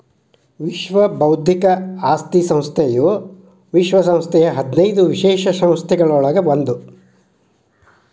ವಿಶ್ವ ಬೌದ್ಧಿಕ ಆಸ್ತಿ ಸಂಸ್ಥೆಯು ವಿಶ್ವ ಸಂಸ್ಥೆಯ ಹದಿನೈದು ವಿಶೇಷ ಸಂಸ್ಥೆಗಳೊಳಗ ಒಂದ್